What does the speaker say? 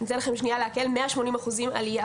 אני אתן לכם שנייה לעכל, 180% עלייה.